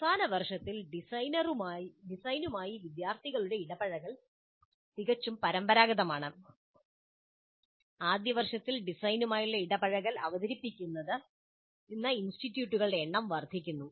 അവസാന വർഷത്തിൽ ഡിസൈനുമായി വിദ്യാർത്ഥികളുടെ ഇടപെടൽ തികച്ചും പരമ്പരാഗതമാണ് ആദ്യ വർഷത്തിൽ ഡിസൈനുമായി ഇടപഴകൽ അവതരിപ്പിക്കുന്ന ഇൻസ്റ്റിറ്റ്യൂട്ടുകളുടെ എണ്ണം വർദ്ധിക്കുന്നു